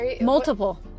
Multiple